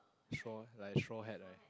straw like a straw hat like that